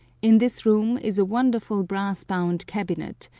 in this room is a wonderful brass-bound cabinet,